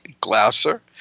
Glasser